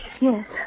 Yes